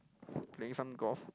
playing some golf